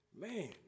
man